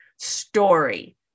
story